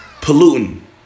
polluting